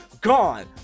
Gone